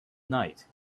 night